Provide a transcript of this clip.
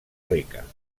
rica